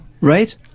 right